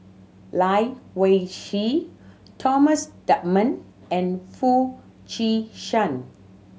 Lai Weijie Thomas Dunman and Foo Chee San